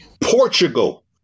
portugal